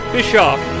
Bischoff